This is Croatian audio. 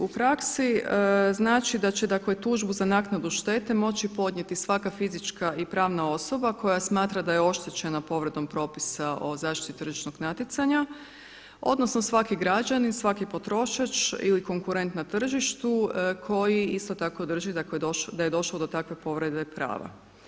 U praksi znači da će, dakle tužbu za naknadu štete moći podnijeti svaka fizička i pravna osoba koja smatra da je oštećena povredom propisa o zaštiti tržišnog natjecanja, odnosno svaki građanin, svaki potrošač ili konkurent na tržištu koji isto tako drži da je došlo do takve povrede prava.